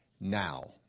now